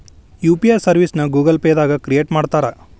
UPI ಸರ್ವಿಸ್ನ Google Pay ದಾಗ create ಮಾಡ್ತಾರಾ